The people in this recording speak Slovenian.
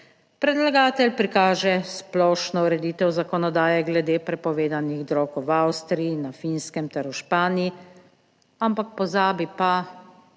Predlagatelj prikaže splošno ureditev zakonodaje glede prepovedanih drog v Avstriji in na Finskem ter v Španiji, ampak pozabi pa,